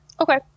Okay